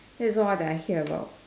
that's all that I hear about